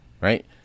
right